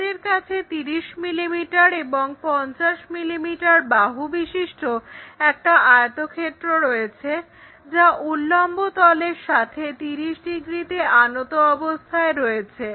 আমাদের কাছে 30 মিলিমিটার এবং 50 মিলিমিটার বাহুবিশিষ্ট একটি আয়তক্ষেত্র রয়েছে যা উল্লম্ব তলের সাথে 30 ডিগ্রীতে আনত অবস্থায় রয়েছে